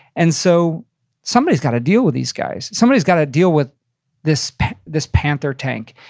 and so somebody's gotta deal with these guys. somebody's gotta deal with this this panther tank.